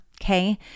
okay